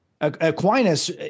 Aquinas